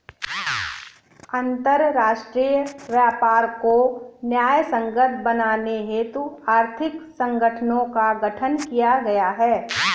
अंतरराष्ट्रीय व्यापार को न्यायसंगत बनाने हेतु आर्थिक संगठनों का गठन किया गया है